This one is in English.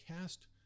cast